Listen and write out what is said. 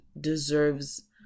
deserves